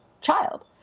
child